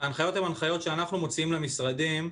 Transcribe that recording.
ההנחיות הן הנחיות שאנחנו מוציאים למשרדים.